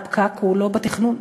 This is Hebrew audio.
הפקק הוא לא בתכנון.